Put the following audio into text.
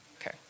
Okay